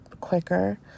quicker